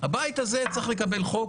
הבית צריך לקבל חוק.